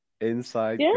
inside